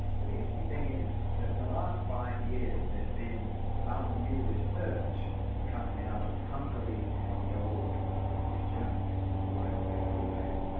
but the interesting thing is that in the last five years there has been some new research coming out of hungary and the old east germany, coming out of leipzig and budapest,